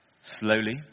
Slowly